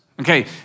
Okay